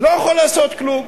לא יכול לעשות כלום.